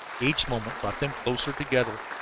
each moment brought them closer together,